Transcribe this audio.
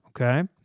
Okay